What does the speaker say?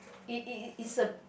it it it it's a